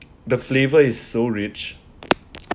the flavour is so rich